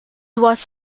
was